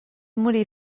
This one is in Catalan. morir